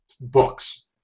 books